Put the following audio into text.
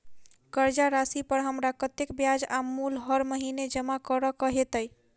कर्जा राशि पर हमरा कत्तेक ब्याज आ मूल हर महीने जमा करऽ कऽ हेतै?